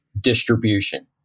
distribution